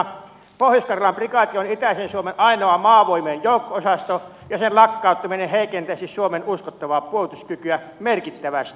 pohjois karjalan prikaati on itäisen suomen ainoa maavoimien joukko osasto ja sen lakkauttaminen heikentäisi suomen uskottavaa puolustuskykyä merkittävästi